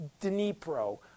Dnipro